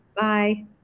Bye